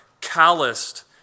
calloused